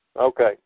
Okay